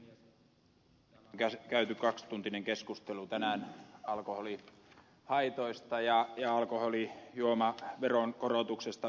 tässä on käyty kaksituntinen keskustelu tänään alkoholihaitoista ja alkoholijuomaveron korotuksesta ylipäätään